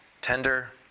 tender